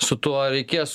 su tuo reikės